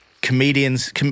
Comedians